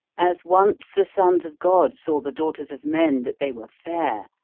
as once the sons of god saw the daughters of men that they were fair,